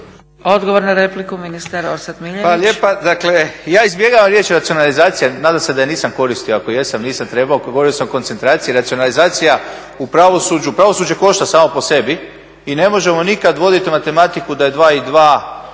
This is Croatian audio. Odgovor na repliku ministar Orsat Miljenić.